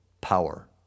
power